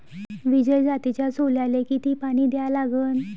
विजय जातीच्या सोल्याले किती पानी द्या लागन?